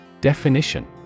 Definition